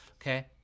okay